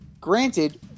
Granted